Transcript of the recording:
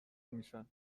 میشن